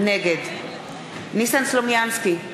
נגד ניסן סלומינסקי,